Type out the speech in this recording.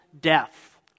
death